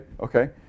okay